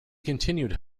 continued